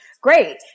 great